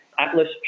Atlas